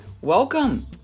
Welcome